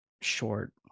short